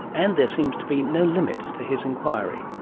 and there seems to be no limit to his enquiry.